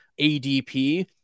ADP